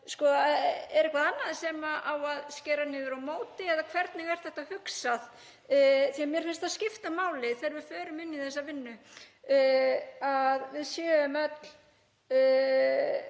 Er eitthvað annað sem á að skera niður á móti eða hvernig er þetta hugsað? Mér finnst skipta máli þegar við förum inn í þessa vinnu að við séum öll